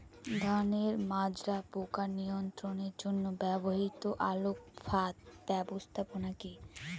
ধানের মাজরা পোকা নিয়ন্ত্রণের জন্য ব্যবহৃত আলোক ফাঁদ ব্যবস্থাপনা কি?